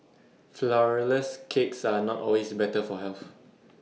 Flourless Cakes are not always better for health